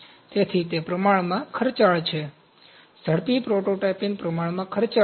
તેથી તે પ્રમાણમાં ખર્ચાળ છે ઝડપી પ્રોટોટાઇપિંગ પ્રમાણમાં ખર્ચાળ છે